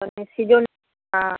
ᱛᱟᱨᱯᱚᱨᱮ ᱥᱨᱤᱡᱚᱱᱤ ᱢᱮᱱᱟᱜᱼᱟ